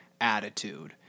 Attitude